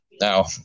Now